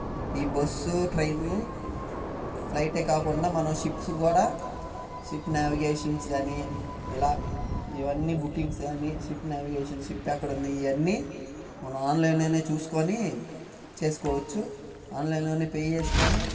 ఈ bus train ఫ్లైటే కాకుండా మనం షిప్స్ కూడా షిప్ నావిగేషన్స్ కానీ ఇలా ఇవన్నీ బుకింగ్స్ కానీ షిప్ నావిగేషన్స్ షిప్ ఎక్కడుంది ఇవన్నీ మనం ఆన్లైన్లోనే చూసుకోని చేసుకోవచ్చు ఆన్లైన్లోనే పే చేసుకోని